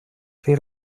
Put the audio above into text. pri